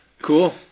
Cool